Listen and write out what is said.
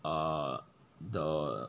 err the